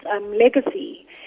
legacy